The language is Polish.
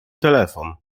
telefon